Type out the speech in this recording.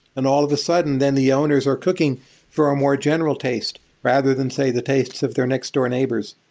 and all of a sudden, then the owners are cooking for a more general taste rather than, say, the tastes of their next door neighbors.